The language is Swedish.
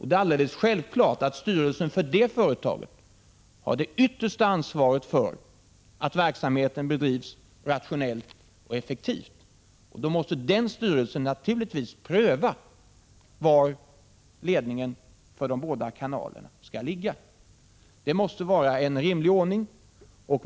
Det är självklart att styrelsen för det företaget har det yttersta ansvaret för att verksamheten bedrivs rationellt och effektivt. Den styrelsen måste naturligtvis pröva var ledningen för de båda kanalerna skall ligga. Det måste vara en rimlig ordning.